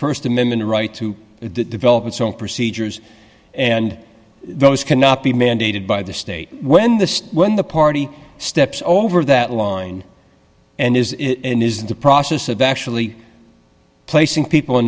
a st amendment right to develop its own procedures and those cannot be mandated by the state when the when the party steps over that line and is in is the process of actually placing people